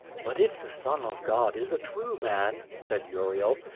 but if the son of god is a true man, said uriel,